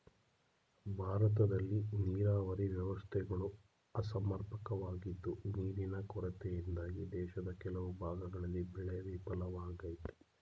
ಭಾರತದಲ್ಲಿ ನೀರಾವರಿ ವ್ಯವಸ್ಥೆಗಳು ಅಸಮರ್ಪಕವಾಗಿದ್ದು ನೀರಿನ ಕೊರತೆಯಿಂದಾಗಿ ದೇಶದ ಕೆಲವು ಭಾಗಗಳಲ್ಲಿ ಬೆಳೆ ವಿಫಲವಾಗಯ್ತೆ